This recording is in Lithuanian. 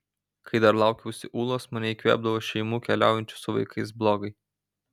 kai dar laukiausi ūlos mane įkvėpdavo šeimų keliaujančių su vaikais blogai